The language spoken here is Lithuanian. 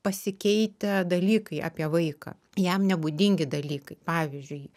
pasikeitę dalykai apie vaiką jam nebūdingi dalykai pavyzdžiui